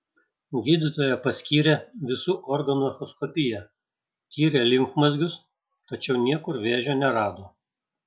gydytoja paskyrė visų organų echoskopiją tyrė limfmazgius tačiau niekur vėžio nerado